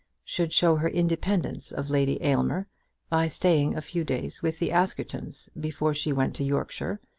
should show her independence of lady aylmer by staying a few days with the askertons before she went to yorkshire,